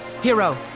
Hero